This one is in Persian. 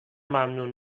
ممنون